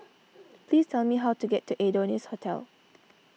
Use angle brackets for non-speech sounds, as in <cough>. <noise> please tell me how to get to Adonis Hotel